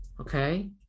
okay